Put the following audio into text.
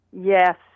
Yes